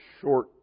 short